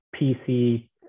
PC